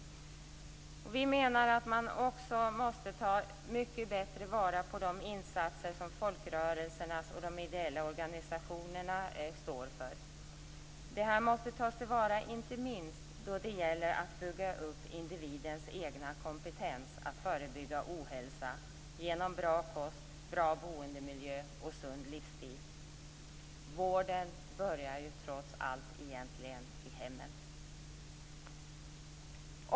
Vi menar att man också mycket bättre måste ta till vara de insatser som folkrörelserna och de ideella organisationerna står för. Deras insatser måste tas tillvara inte minst då det gäller att bygga upp individens egen kompetens att förebygga ohälsa genom bra kost, bra boendemiljö och sund livsstil. Vården börjar ju trots allt egentligen i hemmet.